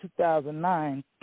2009